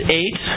eight